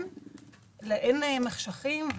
אין מחשכים.